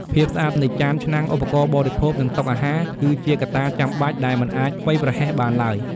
ភាពស្អាតនៃ ចាន ឆ្នាំង ឧបករណ៍បរិភោគ និងតុអាហារ គឺជាកត្តាចាំបាច់ដែលមិនអាចធ្វេសប្រហែសបានឡើយ។